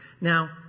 Now